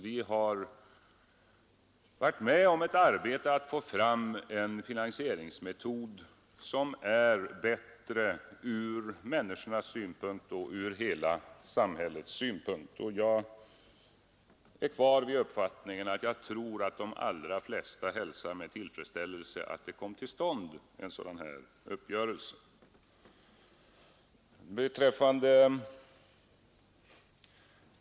Vi har varit med om ett arbete för att få fram en finansieringsmetod som är bättre ur människornas och ur hela samhällets synpunkt. Jag tror fortfarande att de allra flesta hälsar med tillfredsställelse att en sådan här uppgörelse kom till stånd.